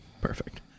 Perfect